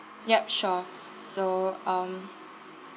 yup sure so um